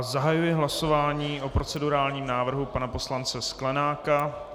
Zahajuji hlasování o procedurálním návrhu pana poslance Sklenáka.